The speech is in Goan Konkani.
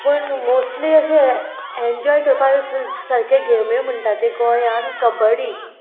पूण मोस्टली अशें एन्जॉय करपाचें सारकें गेम्यो म्हणटा ते गोंयान कबड्डी